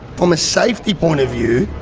from a safety point of view,